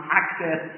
access